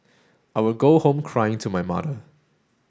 I would go home crying to my mother